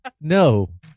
No